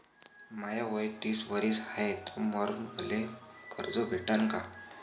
माय वय तीस वरीस हाय तर मले कर्ज भेटन का?